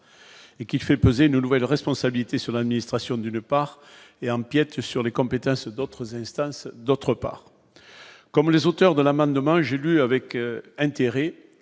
et qui fait peser une nouvelle responsabilité sur l'administration d'une part et empiète sur les compétences d'autres instances, d'autre part, comme les auteurs de l'amendement j'ai lu avec intérêt